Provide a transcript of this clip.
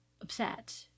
upset